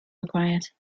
required